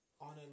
on